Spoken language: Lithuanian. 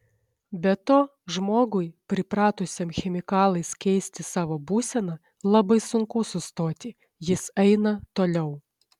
be to žmogui pripratusiam chemikalais keisti savo būseną labai sunku sustoti jis eina toliau